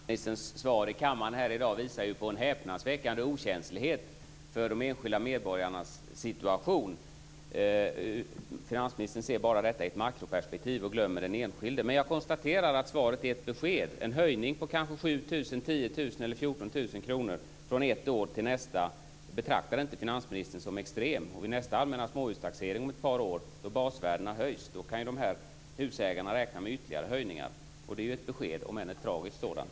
Fru talman! Finansministerns svar i kammaren här i dag visar på en häpnadsväckande okänslighet för de enskilda medborgarnas situation. Finansministern ser bara detta i ett makroperspektiv och glömmer den enskilde. Jag konstaterar att svaret är ett besked. Finansministern betraktar inte en höjning på kanske 7 000, 10 000 eller 14 000 kr från ett år till nästa som extrem. Vid nästa allmänna småhustaxering om ett par år när basvärdena höjs kan de här husägarna räkna med ytterligare höjningar. Det är ju ett besked, om än ett tragiskt sådant.